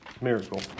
miracle